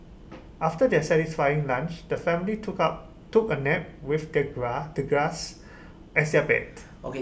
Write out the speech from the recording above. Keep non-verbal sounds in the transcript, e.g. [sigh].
after their satisfying lunch the family took out took A nap with the [unintelligible] the grass as their bed